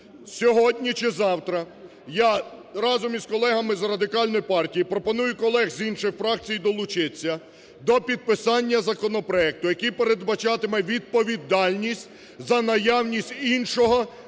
Сьогодні чи завтра я разом із колегами з Радикальної партії, пропоную колег з інших фракцій долучитися до підписання законопроекту, який передбачатиме відповідальність за наявність іншого,